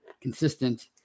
consistent